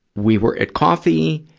we were at coffee,